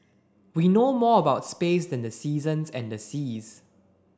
we know more about space than the seasons and the seas